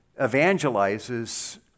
evangelizes